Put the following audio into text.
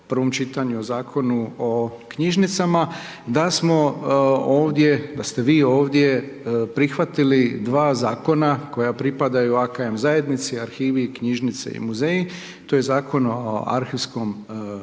prvom čitanju o Zakonu o knjižnicama, da smo ovdje, da ste vi ovdje prihvatili dva zakona koja pripadaju AKM zajednici, arhivi, knjižnice i muzeji, to je Zakon o arhivskom gradivu